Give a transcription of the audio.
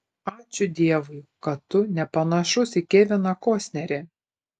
ačiū dievui kad tu nepanašus į keviną kostnerį